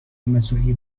مساعی